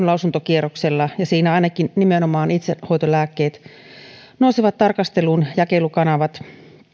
lausuntokierroksella ja siinä ainakin nimenomaan itsehoitolääkkeet nousevat tarkasteluun jakelukanavat